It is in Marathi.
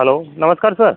हलव् नमस्कार सर